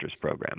program